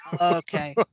okay